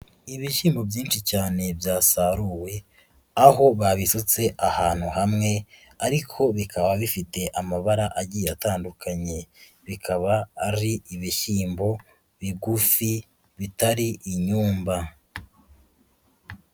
Ibishyimbo byinshi cyane byasaruwe, aho babisutse ahantu hamwe ariko bikaba bifite amabara agiye atandukanye, bikaba ari ibishyimbo bigufi bitari inyumba.